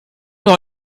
noch